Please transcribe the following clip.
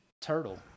turtle